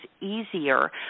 easier